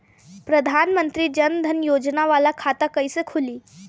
प्रधान मंत्री जन धन योजना वाला खाता कईसे खुली?